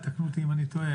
תקנו אותי אם אני טועה,